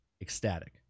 ecstatic